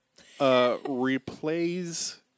replays